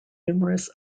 numerous